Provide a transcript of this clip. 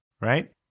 Right